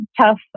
tough